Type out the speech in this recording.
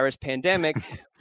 pandemic